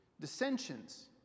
dissensions